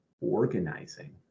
organizing